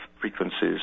frequencies